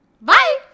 Bye